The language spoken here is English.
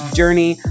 journey